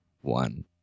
one